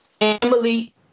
Emily